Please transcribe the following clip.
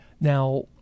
now